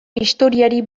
historiari